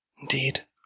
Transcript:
Indeed